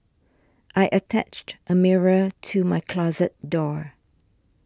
I attached a mirror to my closet door